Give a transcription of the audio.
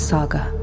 Saga